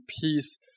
peace